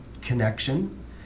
connection